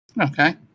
Okay